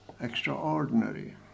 Extraordinary